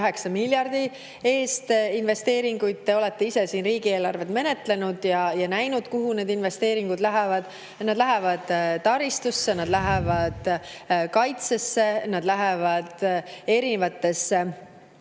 miljardi euro eest. Te olete ise siin riigieelarvet menetlenud ja näinud, kuhu need investeeringud lähevad. Need lähevad taristusse, need lähevad kaitsesse, need lähevad ka erinevatesse